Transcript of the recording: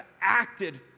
acted